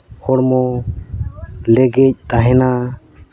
ᱦᱚᱲᱢᱚ ᱞᱮᱜᱮᱡᱽ ᱛᱟᱦᱮᱱᱟ